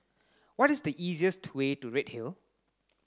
what is the easiest way to Redhill